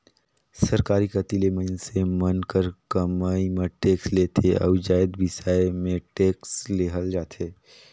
सरकार कती ले मइनसे मन कर कमई म टेक्स लेथे अउ जाएत बिसाए में टेक्स लेहल जाथे